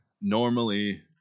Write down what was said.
normally